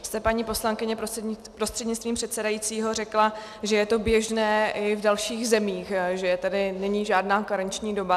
Vy jste, paní poslankyně, prostřednictvím předsedajícího, řekla, že je to běžné i v dalších zemích, že tedy není žádná karenční doba.